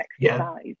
exercise